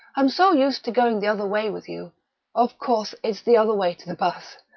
i'm so used to going the other way with you of course it's the other way to the bus.